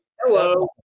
Hello